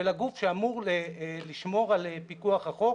של הגוף שאמור לשמור על פיקוח החוק,